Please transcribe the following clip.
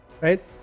right